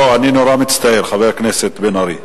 לא, אני נורא מצטער, חבר הכנסת בן-ארי.